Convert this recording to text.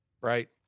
right